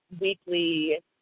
Weekly